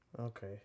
okay